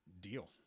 deal